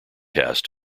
broadcast